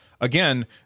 Again